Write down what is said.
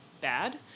bad